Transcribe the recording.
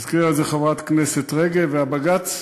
הזכירה את זה חברת הכנסת רגב, ובג"ץ